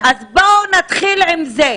בואו נתחיל עם זה,